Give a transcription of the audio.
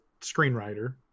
screenwriter